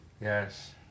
Yes